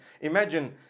Imagine